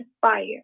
fire